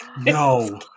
No